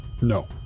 No